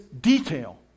detail